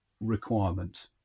requirement